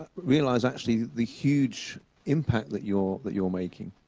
realize actually the huge impact that you're that you're making.